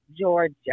Georgia